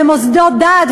מוסדות דת,